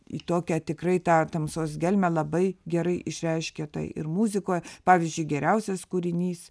į tokią tikrai tą tamsos gelmę labai gerai išreiškia tai ir muzikoj pavyzdžiui geriausias kūrinys